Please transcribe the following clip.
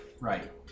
Right